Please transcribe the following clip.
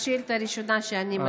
זו שאילתה ראשונה שאני מגישה.